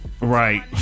right